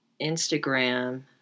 Instagram